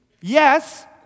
yes